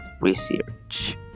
research